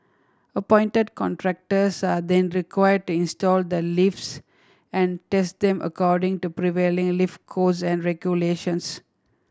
appointed contractors are then required to install the lifts and test them according to prevailing lift codes and regulations